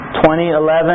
2011